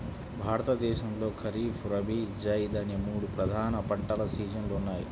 భారతదేశంలో ఖరీఫ్, రబీ, జైద్ అనే మూడు ప్రధాన పంటల సీజన్లు ఉన్నాయి